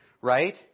right